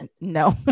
no